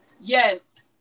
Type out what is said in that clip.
Yes